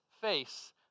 face